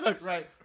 Right